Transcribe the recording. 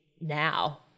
now